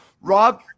Rob